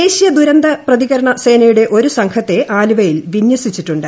ദേശീയ ദുരന്തപ്രതികരണ സേനയുടെ ഒരു സംഘത്തെ ആലുവയിൽ വിന്യസിച്ചിട്ടുണ്ട്